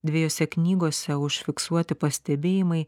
dviejose knygose užfiksuoti pastebėjimai